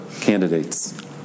candidates